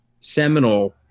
seminal